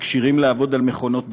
ככשירים לעבוד על מכונות בתנועה.